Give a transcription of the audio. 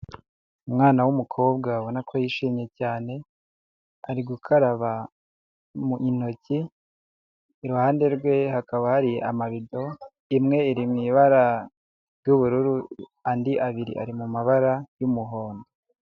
Umwana w'umukobwa ubona ko yishimye cyane, ari gukaraba mu intoki, iruhande rwe hakaba hari amarido, imwe iri mu ibara ry'ubururu, andi abiri ari mu mabara y'umuhondo.